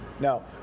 No